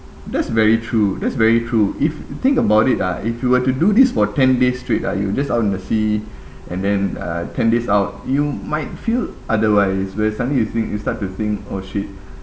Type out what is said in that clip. that's very true that's very true if you think about it ah if you were to do this for ten days straight ah you just out in the sea and then uh ten days out you might feel otherwise where suddenly you think you start to think oh shit